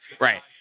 right